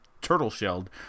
turtle-shelled